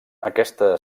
aquesta